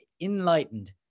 Enlightened